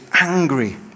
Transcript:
angry